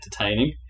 entertaining